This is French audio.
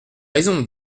raison